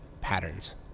patterns